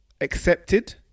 accepted